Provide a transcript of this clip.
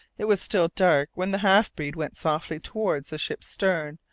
it was still dark when the half-breed went softly towards the ship's stern,